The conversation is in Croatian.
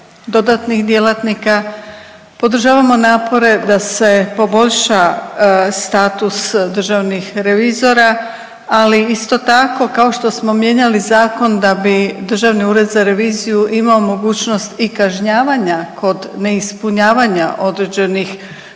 dodatnih djelatnika. Podržavamo napore da se poboljša status državnih revizora, ali isto tako kao što smo mijenjali zakon da bi Državni ured za reviziju imamo mogućnost i kažnjavanja kod neispunjavanja određenih